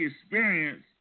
experience